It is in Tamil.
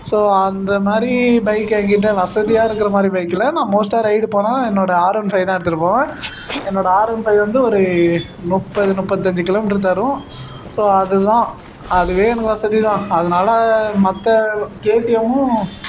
ஸோ அந்த மாதிரி பைக் எங்கிட்ட வசதியாக இருக்கிற மாதிரி பைக் இல்லை நான் மோஸ்ட்டா ரைடு போனால் என்னோடய ஆர் ஒன் ஃபைவ் தான் எடுத்துட்டு போவேன் என்னோட ஆர் ஒன் ஃபைவ் வந்து ஒரு முப்பது முப்பத்தஞ்சி கிலோமீட்டர் தரும் ஸோ அது தான் அதுவே எனக்கு வசதி தான் அதனால் மற்ற கேடிஎம்மும்